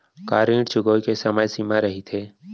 का ऋण चुकोय के समय सीमा रहिथे?